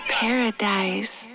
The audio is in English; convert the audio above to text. paradise